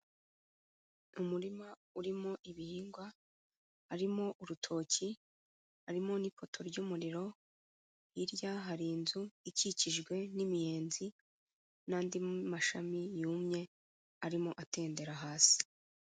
Umurima urimo ibihingwa, harimo urutoki, harimo n'ipoto ry'umuriro, hirya hari inzu ikikijwe n'imiyenzi, n'andi mashami yumye arimo atendera hasi.